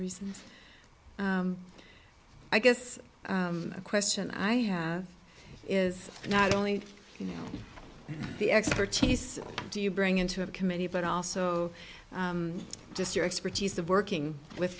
reasons i guess a question i have is not only you know the expertise do you bring in to a committee but also just your expertise of working with